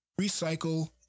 recycle